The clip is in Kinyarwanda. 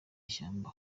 ishyamba